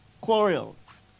quarrels